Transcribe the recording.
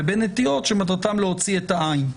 לבין נטיעות שמטרתן להוציא את העין.